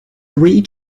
three